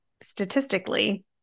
statistically